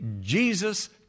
Jesus